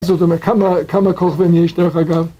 זאת אומרת כמה כוכבים יש דרך אגב